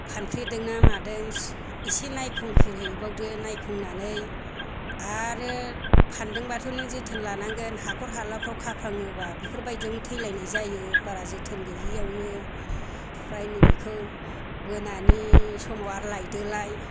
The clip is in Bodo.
फानफ्रेदोंना मादों इसे नायखुंखुरहैबावदो नायखांनानै आरो फान्दोंबाथ' नों जोथोन लानांगोन हाखर हालाफोराव खाफ्राङोब्ला बेफोरबायदियावनो थैलायनाय जायो बारा जोथोन गैयियावनो ओमफ्राय नैबेखौ मोनानि समाव आरो लायदोलाय